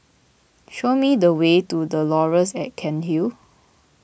show me the way to the Laurels at Cairnhill